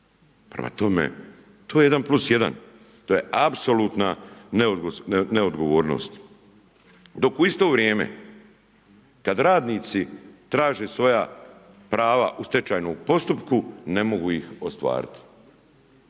Prema tome to je 1+1. To je apsolutna neodgovornost. Dok u isto vrijeme kad radnici traže svoja prava u stečajnom postupku, ne mogu ih ostvariti.